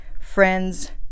friends